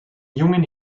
jungen